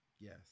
Yes